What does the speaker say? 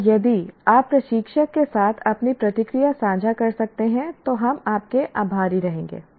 और यदि आप प्रशिक्षक के साथ अपनी प्रतिक्रिया साझा कर सकते हैं तो हम आपके आभारी रहेंगे